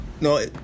No